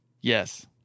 Yes